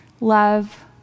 love